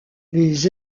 les